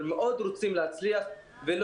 לקחתי על